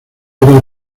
era